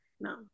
no